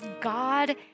God